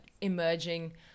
emerging